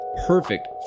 Perfect